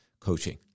coaching